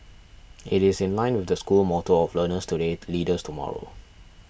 it is in line with the school motto of learners today leaders tomorrow